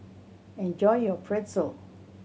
enjoy your Pretzel